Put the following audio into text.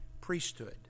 priesthood